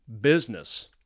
business